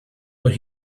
but